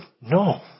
no